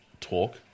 talk